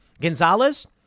Gonzalez